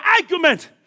argument